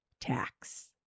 tax